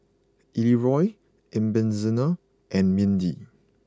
Elroy Ebenezer and Mindi